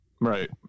Right